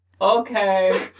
Okay